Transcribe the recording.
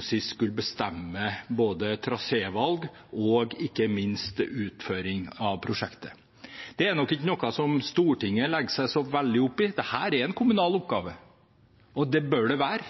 sist skulle bestemme både trasévalg og ikke minst utføring av prosjektet. Det er nok ikke noe som Stortinget legger seg så veldig opp i. Dette er en kommunal oppgave, og det bør det være.